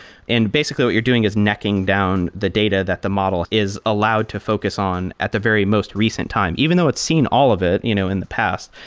basically, what you're doing is necking down the data that the model is allowed to focus on at the very most recent time. even though it's seen all of it you know in the past,